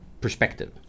perspective